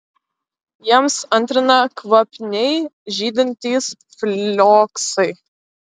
jiems antrina kvapniai žydintys flioksai